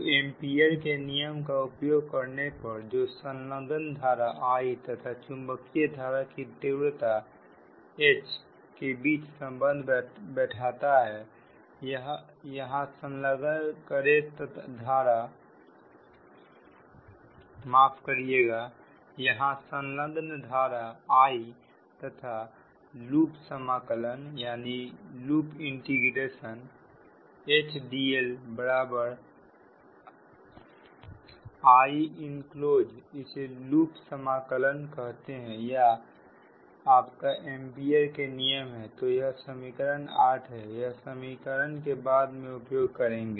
तो एंपियर के नियम का उपयोग करने पर जो संलग्न धारा I तथा चुंबकीय धारा की तीव्रता H के बीच संबंध बैठता है यहां संलग्न धारा I तथा लुप समाकलन H dl Iaइसे लुप समाकलन कहते हैंया आपका एंपियर के नियम है तो यह समीकरण 8 है यह समीकरण को बाद में उपयोग करेंगे